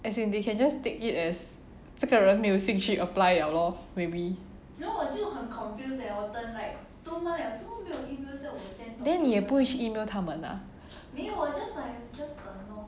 as in they can just take it as 这个人没有兴趣 apply 了 lor then 你也不会去 email 他们 ah